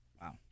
Wow